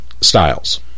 styles